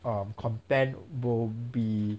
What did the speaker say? um content will be